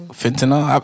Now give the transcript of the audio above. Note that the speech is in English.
fentanyl